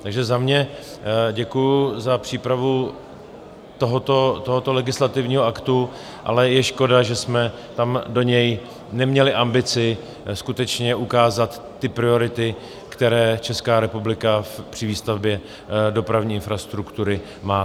Takže za mě děkuji za přípravu tohoto legislativního aktu, ale je škoda, že jsme tam do něj neměli ambici skutečně ukázat priority, které Česká republika při výstavbě dopravní infrastruktury má.